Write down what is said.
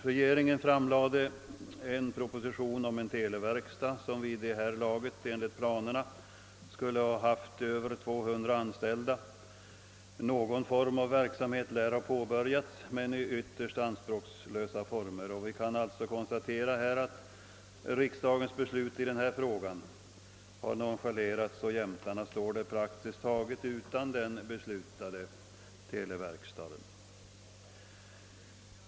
Regeringen framlade en proposition om en televerkstad som vid det här laget enligt planerna skulle ha haft omkring 200 anställda. Någon form av verksamhet lär ha påbörjats men i ytterst anspråkslösa former och vi kan alltså konstatera, att riksdagens beslut i denna fråga har nonchalerats och att jämtarna står där praktiskt taget utan den beslutade televerkstaden.